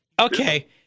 Okay